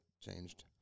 changed